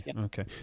okay